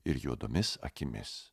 ir juodomis akimis